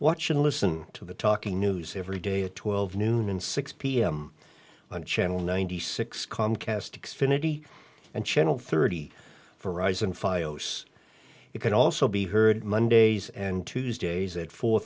watch and listen to the talking news every day at twelve noon and six pm on channel ninety six comcast ticks finity and channel thirty for rise and it can also be heard mondays and tuesdays at four